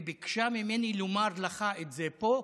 והיא ביקשה ממני לומר לך את זה פה,